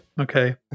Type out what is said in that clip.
Okay